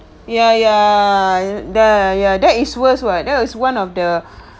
ya ya ya ya that is worst what that was one of the